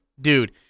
Dude